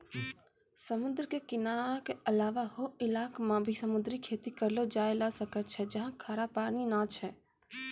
समुद्र के किनारा के अलावा हौ इलाक मॅ भी समुद्री खेती करलो जाय ल सकै छै जहाँ खारा पानी छै